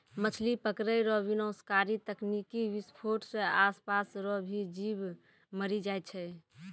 मछली पकड़ै रो विनाशकारी तकनीकी विसफोट से आसपास रो भी जीब मरी जाय छै